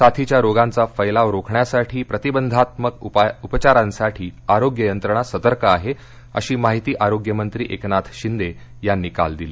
साथीच्या रोगांचा फैलाव रोखण्यासाठी प्रतिबंधात्मक उपचारासाठी आरोग्य यंत्रणा सतर्क आहे अशी माहिती आरोग्यमंत्री एकनाथ शिंदे यांनी काल दिली